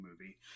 movie